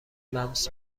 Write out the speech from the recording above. لمس